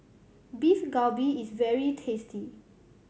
Beef Galbi is very tasty